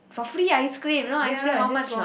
for free ice cream you know ice cream how much not